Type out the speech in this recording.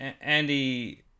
Andy